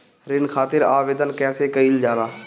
ऋण खातिर आवेदन कैसे कयील जाला?